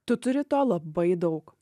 tu turi to labai daug